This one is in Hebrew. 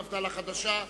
מפד"ל החדשה.